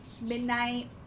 midnight